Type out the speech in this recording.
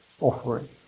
offering